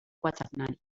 quaternari